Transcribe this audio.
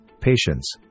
patience